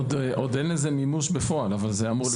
עוד אין לזה מימוש בפועל, אבל זה אמור לקרות.